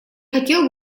хотел